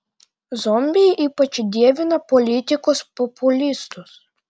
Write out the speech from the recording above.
zombiai ypač dievina politikus populistus